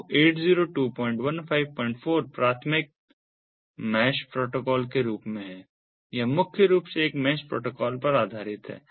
तो 802154 प्राथमिक mesh protocol के रूप में है यह मुख्य रूप से एक मैश प्रोटोकॉल पर आधारित है